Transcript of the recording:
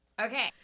Okay